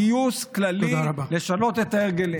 לגיוס כללי לשנות את ההרגלים.